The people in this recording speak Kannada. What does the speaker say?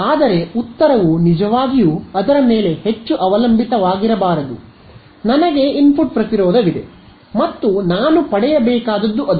ಆದರೆ ಉತ್ತರವು ನಿಜವಾಗಿಯೂ ಅದರ ಮೇಲೆ ಹೆಚ್ಚು ಅವಲಂಬಿತವಾಗಿರಬಾರದು ನನಗೆ ಇನ್ಪುಟ್ ಪ್ರತಿರೋಧವಿದೆ ಮತ್ತು ನಾನು ಪಡೆಯಬೇಕಾದದ್ದು ಅದು